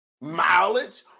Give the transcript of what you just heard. Mileage